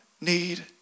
need